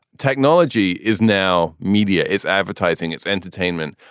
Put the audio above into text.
technology is now media is advertising, it's entertainment.